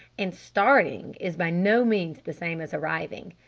and starting is by no means the same as arriving.